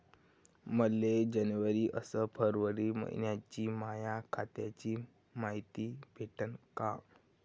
मले जनवरी अस फरवरी मइन्याची माया खात्याची मायती भेटन का?